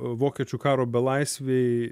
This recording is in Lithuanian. vokiečių karo belaisviai